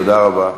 תודה רבה.